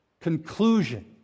conclusion